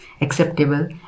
acceptable